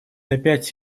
опять